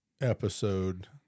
episode